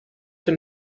have